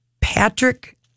Patrick